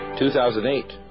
2008